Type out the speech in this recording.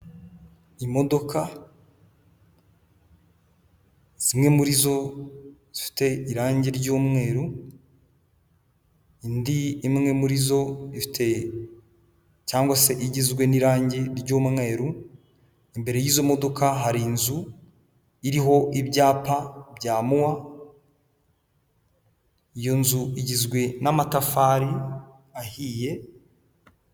Imodoka zimwe muri zofite irangi ry'umweru indi imwe muri zo te cyangwa se igizwe n'irangi ry'umweru imbere y'izo modoka hari inzu iriho ibyapa byamuwa iyo nzu igizwe n'amatafari ahiye.